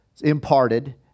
imparted